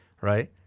right